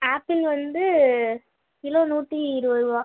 apple வந்து kilo நூற்றி இருவதுரூவா